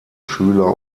schüler